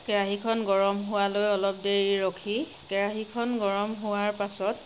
কেৰাহীখন গৰম হোৱালৈ অলপ দেৰি ৰখি কেৰাহীখন গৰম হোৱাৰ পাছত